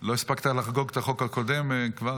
לא הספקת לחגוג את החוק הקודם, כבר